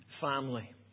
family